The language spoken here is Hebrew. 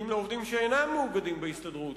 כי אם לעובדים שאינם מאוגדים בהסתדרות,